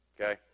okay